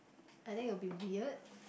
I think it will be weird